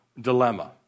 dilemma